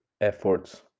efforts